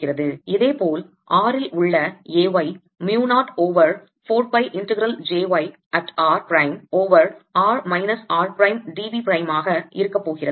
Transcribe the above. இதேபோல் r ல் உள்ள A y mu 0 over 4 pi integral j y at r prime over r minus r prime d v prime ஆக இருக்கப்போகிறது